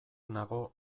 nago